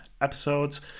episodes